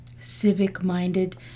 civic-minded